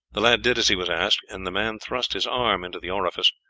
the lad did as he was asked, and the man thrust his arm into the orifice.